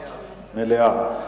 מליאה.